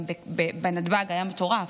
גם בנתב"ג היה מטורף,